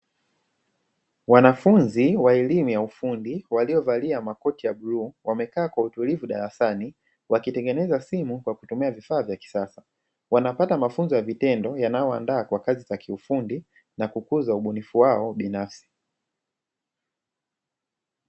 Wanafunzi wa elemu ya ufundi walio valia makoti ya bluu wamekaa kwa utulivu darasani wakitengeneza simu kwa kutumia vifaa vya kisasa, wanapata mafunzo ya vitendo yanayo waandaa kwa kazi za kiufundi na kukuza ubunifu wao binafsi.